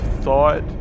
thought